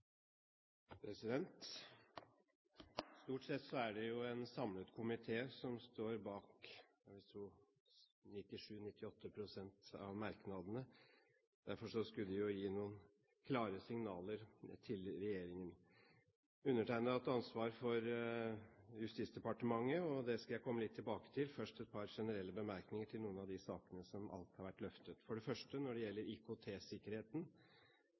datasikkerheten. Stort sett er det en samlet komité som står bak 97–98 pst. av merknadene. Det skulle gi noen klare signaler til regjeringen. Undertegnede har hatt ansvar for Justisdepartementet, og det skal jeg komme litt tilbake til. Først skal jeg komme med et par generelle bemerkninger til noen av de sakene som alt har vært løftet. For det første: Når det gjelder